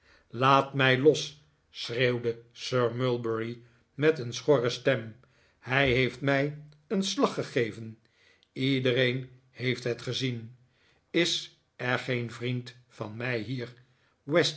laat mij los schreeuwde sir mulberry met een schorre stem hij heeft mij een slag gegeven iedereen heeft het gezien is er geen vriend van mij hier